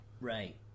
Right